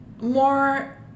more